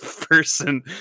person